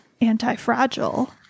anti-fragile